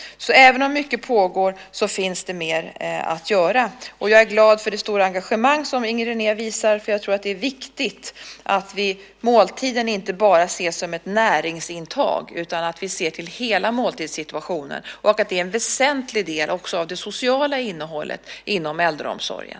Så även om mycket pågår, finns det mer att göra. Jag är glad för det stora engagemang som Inger René visar. Jag tror att det är viktigt att måltiden inte bara ses som ett näringsintag utan att vi ser till hela måltidssituationen. Det är också en väsentlig del av det sociala innehållet inom äldreomsorgen.